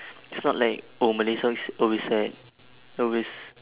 it's not like oh malay songs is always sad always